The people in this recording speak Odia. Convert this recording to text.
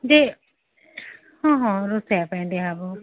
ଯେ ହଁ ହଁ ରୋଷେଇଆ ପାଇଁ ଦିଆ ହେବ